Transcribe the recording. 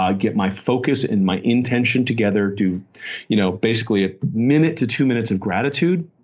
ah get my focus and my intention together. do you know basically a minute to two minutes of gratitude,